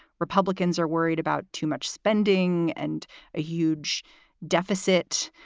republicans are worried about too much spending and a huge deficit.